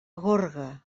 gorga